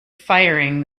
firing